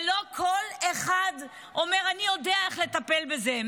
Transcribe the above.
ולא כל אחד אומר: אני יודע איך לטפל בזה.